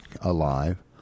alive